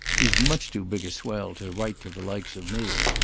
he's much too big a swell to write to the likes of me.